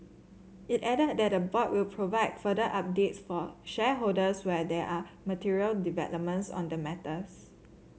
it added that the board will provide further updates for shareholders when there are material developments on the matters